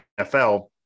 NFL